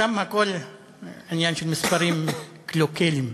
שם הכול עניין של מספרים קלוקלים.